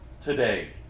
today